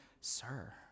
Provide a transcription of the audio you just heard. Sir